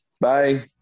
Bye